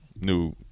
new